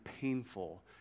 painful